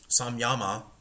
samyama